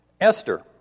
Esther